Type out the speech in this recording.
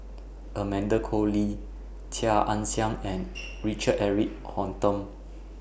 Amanda Koe Lee Chia Ann Siang and Richard Eric Holttum